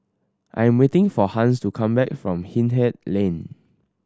I am waiting for Hans to come back from Hindhede Lane